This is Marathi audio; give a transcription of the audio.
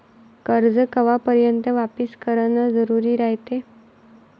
कर्ज कवापर्यंत वापिस करन जरुरी रायते?